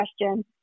question